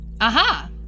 Aha